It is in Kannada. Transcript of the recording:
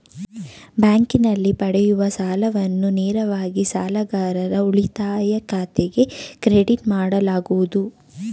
ಬ್ಯಾಂಕಿನಲ್ಲಿ ಪಡೆಯುವ ಸಾಲವನ್ನು ನೇರವಾಗಿ ಸಾಲಗಾರರ ಉಳಿತಾಯ ಖಾತೆಗೆ ಕ್ರೆಡಿಟ್ ಮಾಡಲಾಗುವುದು